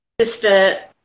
sister